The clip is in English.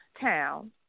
town